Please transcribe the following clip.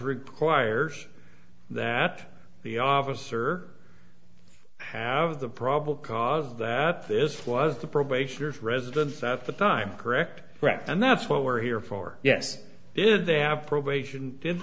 requires that the officer i have the problem of that this was the probationer resident at the time correct correct and that's what we're here for yes did they have probation did